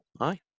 Aye